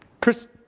Chris